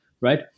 right